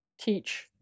teach